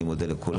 אני מודה לכולם.